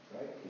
Right